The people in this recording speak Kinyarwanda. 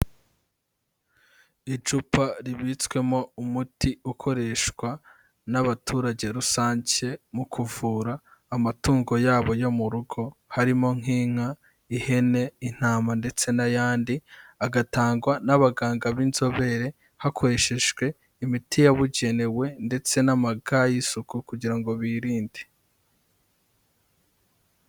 Icupa ribitswemo umuti ukoreshwa n'abaturage rusange mu kuvura amatungo yabo yo mu rugo, harimo nk'inka, ihene, intama ndetse n'ayandi, agatangwa n'abaganga b'inzobere hakoreshejwe imiti yabugenewe ndetse n'ama ga y'isuku kugira ngo birinde.